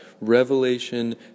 Revelation